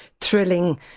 thrilling